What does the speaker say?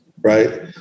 right